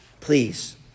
please